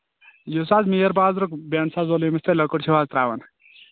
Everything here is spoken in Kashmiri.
یُس حظ میٖر بازرُک بیٚنڈساز وٲلۍ ییٚمِس تُہۍ لٔکٕر حظ چھِ ترٛاوان